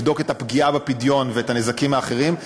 לבדוק את הפגיעה בפדיון ואת הנזקים האחרים,